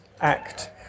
Act